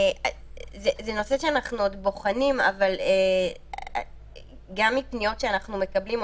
זה נושא שאנחנו עוד בוחנים אבל גם מפניות שאנחנו מקבלים,